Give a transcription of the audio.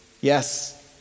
Yes